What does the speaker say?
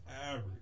average